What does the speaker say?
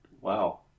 Wow